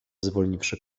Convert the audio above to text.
zwolniwszy